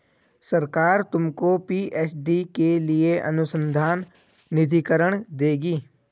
सरकार तुमको पी.एच.डी के लिए अनुसंधान निधिकरण देगी